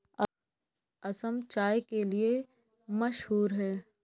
असम चाय के लिए मशहूर है